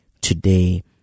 today